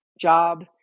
job